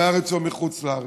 או מהארץ או מחוץ לארץ.